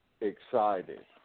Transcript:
excited